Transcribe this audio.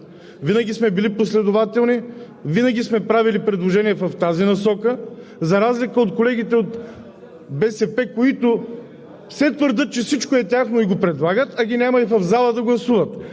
Винаги сме били последователни, винаги сме правили предложения в тази насока, за разлика от колегите от БСП, които все твърдят, че всичко е тяхно и го предлагат, а ги няма и в залата да гласуват,